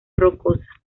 rocosa